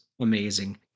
amazing